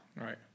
Right